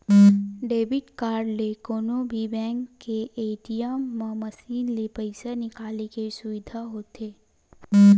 debit card ले कोनो भी बेंक के ए.टी.एम मसीन ले पइसा निकाले के सुबिधा होथे